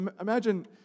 Imagine